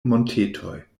montetoj